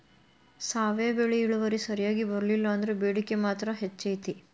ಸಾವೆ ಬೆಳಿ ಇಳುವರಿ ಸರಿಯಾಗಿ ಬರ್ಲಿಲ್ಲಾ ಅಂದ್ರು ಬೇಡಿಕೆ ಮಾತ್ರ ಹೆಚೈತಿ